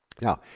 Now